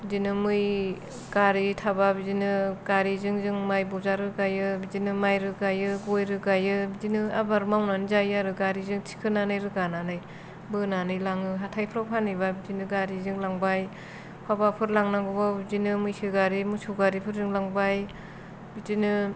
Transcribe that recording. बिदिनो मै गारि थाब्ला बिदिनो गारिजों जों माइ बजा रोगायो माइ रोगायो गय रोगायो बिदिनो आबाद मावनानै जायो आरो गारिजों थिखोना रोगानानै बोनानै लाङो हाथाइफोराव फानहैब्ला बिदिनो गारिजों लांबाय बहाबाफोर लांनांगौब्लाबो बिदिनो मैसो गारि मोसौ गारिफोरजों लांबाय बिदिनो